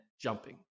jumping